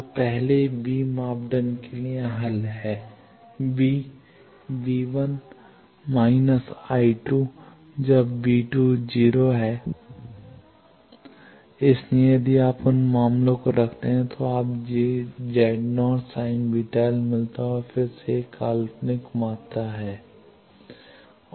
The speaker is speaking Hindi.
तो पहले बी मापदंड के लिए हल है जब V 2 0 इसलिए यदि आप उन मानों को रखते हैं तो आपको j Z 0 sin βl मिलता है फिर से एक काल्पनिक मात्रा है